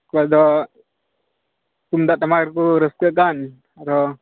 ᱚᱠᱚᱭ ᱫᱚ ᱛᱩᱢᱫᱟᱜ ᱴᱟᱢᱟᱠ ᱨᱮᱠᱚ ᱨᱟᱹᱥᱠᱟᱹᱜ ᱠᱟᱱ ᱟᱨᱚ